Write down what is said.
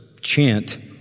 chant